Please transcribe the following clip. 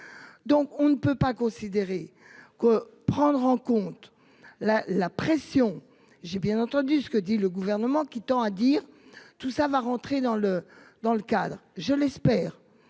Donc on ne peut pas considérer que prendre en compte la, la pression, j'ai bien entendu ce que dit le gouvernement, qui tend à dire tout ça va rentrer dans le, dans le cadre je l'espère.